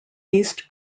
east